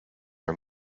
are